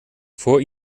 vor